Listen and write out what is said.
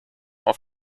auf